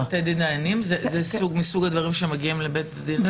זה מסוג הדברים שמגיעים לבית הדין הרבני?